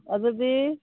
ꯑꯗꯨꯗꯤ